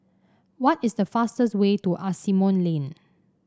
what is the fastest way to Asimont Lane